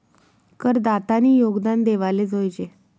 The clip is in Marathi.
करदातानी योगदान देवाले जोयजे